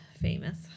famous